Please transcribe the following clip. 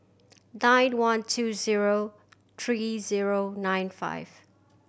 nine one two zero three zero nine five